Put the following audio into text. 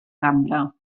cambra